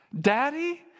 Daddy